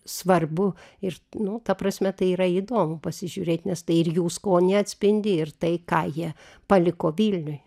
svarbu ir nu ta prasme tai yra įdomu pasižiūrėt nes tai ir jų skonį atspindi ir tai ką jie paliko vilniui